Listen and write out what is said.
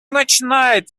начинает